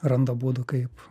randa būdų kaip